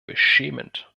beschämend